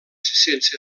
sense